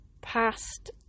past